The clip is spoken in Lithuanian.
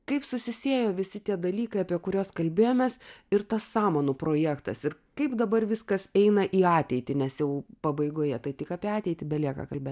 kaip susisiejo visi tie dalykai apie kuriuos kalbėjomės ir tas samanų projektas ir kaip dabar viskas eina į ateitį nes jau pabaigoje tai tik apie ateitį belieka kalbėt